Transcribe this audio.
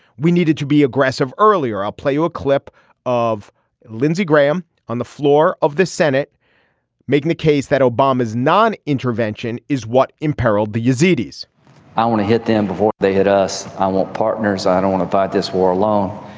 we needed to be aggressive earlier. i'll play you a clip of lindsey graham on the floor of the senate making the case that obama's non intervention is what imperiled the yazidis i want to hit them before they hit us. i want partners i don't want to fight this war alone.